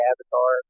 Avatar